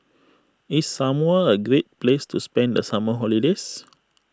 is Samoa a great place to spend the summer holiday